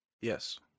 Yes